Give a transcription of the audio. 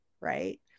right